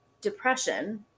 depression